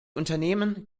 unternehmen